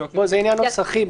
זה עניין נוסחי.